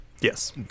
Yes